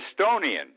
Estonian